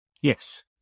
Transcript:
Yes